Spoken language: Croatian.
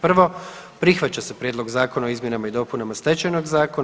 Prvo prihvaća se Prijedlog zakona o izmjenama i dopunama Stečajnog zakona.